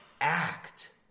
act